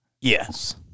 Yes